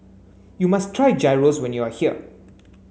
you must try Gyros when you are here